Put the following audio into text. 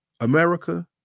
America